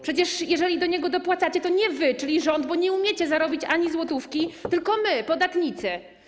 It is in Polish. Przecież jeżeli do niego dopłacacie, to nie wy, czyli rząd, bo nie umiecie zarobić ani złotówki, tylko my, podatnicy.